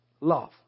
love